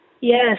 Yes